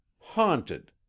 Haunted